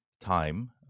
time